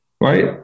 right